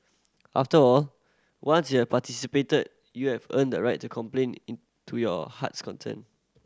after all once you're participated you have earned the right to complain into your heart's content